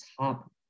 top